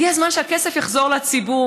הגיע הזמן שהכסף יחזור לציבור.